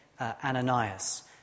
Ananias